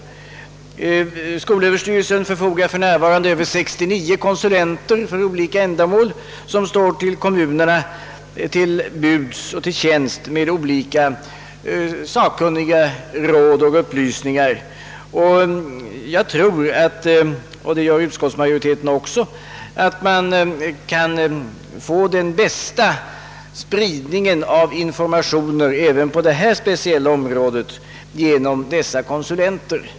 Skolöverstyrelsen förfogar för närvarande över 69 konsulenter för olika ändamål som står kommunerna till tjänst med sakkunniga råd och upplysningar. Jag tror liksom utskottsmajoriteten, att man även på detta speciella område når den bästa spridningen av informationer genom att anlita redan befintliga konsulenter.